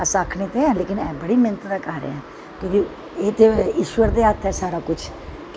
अस आखनें ते हैं पर बड़ी मैह्नत दा कार्य ऐ कि के एह् ते ईश्वर दे हत्थ ऐ सारा किश